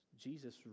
Jesus